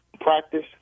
practice